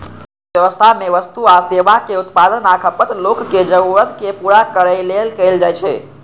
अर्थव्यवस्था मे वस्तु आ सेवाक उत्पादन आ खपत लोकक जरूरत कें पूरा करै लेल कैल जाइ छै